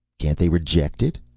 can't they reject it?